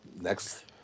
next